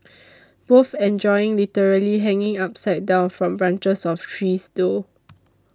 both enjoy literally hanging upside down from branches of trees though